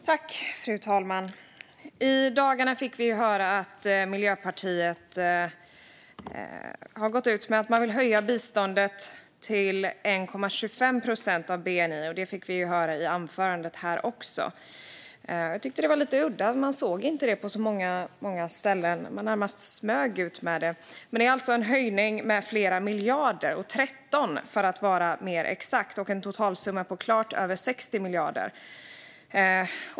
Fru talman! I dagarna fick vi höra att Miljöpartiet vill höja biståndet till 1,25 procent av bni. Det hörde vi också i dagens anförande. Det var udda att det inte syntes särskilt mycket utan att man närmast smög ut det. Det handlar alltså om en höjning med flera miljarder, 13 för att vara exakt. Det ger en totalsumma på klart över 60 miljarder.